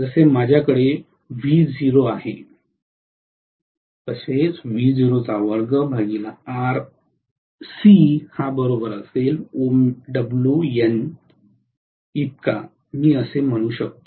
जसे माझ्याकडे V0 आहे तसे मी म्हणू शकतो